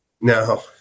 No